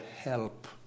help